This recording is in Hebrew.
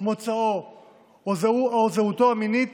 מוצאו או זהותו המינית